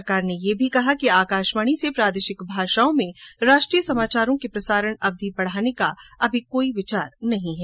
सरकार ने यह भी कहा है कि आकाशवाणी से प्रादेशिक भाषाओं में राष्ट्रीय समाचारों की प्रसारण अवधि बढ़ाने का कोई विचार नहीं है